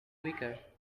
weaker